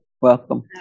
welcome